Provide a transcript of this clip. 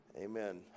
Amen